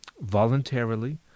voluntarily